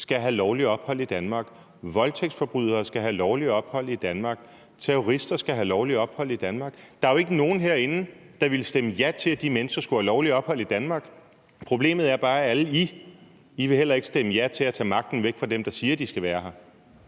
skal have lovligt ophold i Danmark, om voldtægtsforbrydere skal have lovligt ophold i Danmark, eller om terrorister skal have lovligt ophold i Danmark. Der er jo ikke nogen herinde, der ville stemme ja til, at de mennesker skulle have lovligt ophold i Danmark. Problemet er bare, at I alle sammen heller ikke vil stemme ja til at tage magten væk fra dem, der siger, at de skal være her.